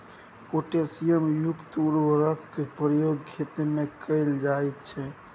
potassium युक्त उर्वरकक प्रयोग खेतीमे कैल जाइत छै